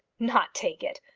not take it?